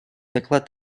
доклад